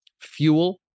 fuel